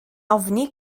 ofni